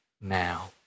now